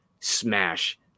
smash